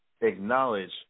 acknowledge